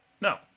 No